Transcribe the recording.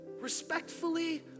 Respectfully